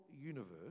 universe